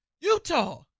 Utah